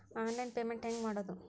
Online payment ಹೆಂಗ್ ಮಾಡೋದು?